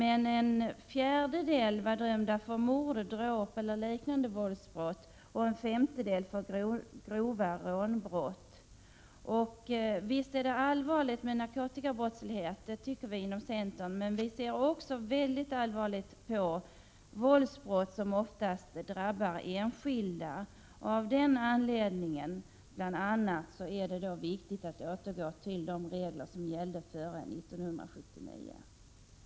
En fjärdedel av dem var dömda för mord, dråp eller liknande våldsbrott och en femtedel för grova rånbrott. Visst är narkotikabrottsligheten allvarlig. Det tycker naturligtvis också vi i centern. Men även de våldsbrott som oftast drabbar enskilda är mycket allvarliga. Det är bl.a. av den anledningen som det är viktigt att återgå till de regler som gällde före 1979.